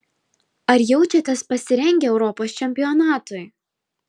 ar jaučiatės pasirengę europos čempionatui